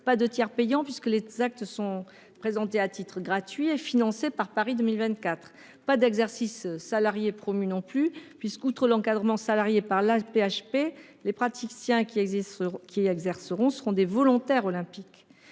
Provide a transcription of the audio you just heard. pas de tiers payant, puisque les actes seront réalisés à titre gratuit et financés par Paris 2024 ; l'exercice salarié n'y est pas promu non plus, puisque, outre l'encadrement salarié de l'AP-HP, les praticiens qui y exerceront seront des volontaires olympiques.